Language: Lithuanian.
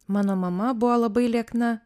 mano mama buvo labai liekna